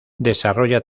desarrolla